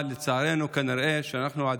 אבל לצערנו, כנראה שאנחנו,